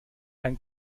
ein